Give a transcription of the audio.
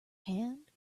hand